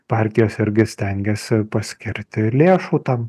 partijos irgi stengiasi paskirti lėšų tam